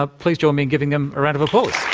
ah please join me in giving them a round of applause.